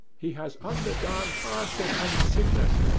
he has undergone hardship and sickness,